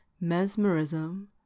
mesmerism